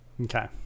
Okay